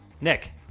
Nick